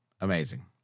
Amazing